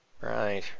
Right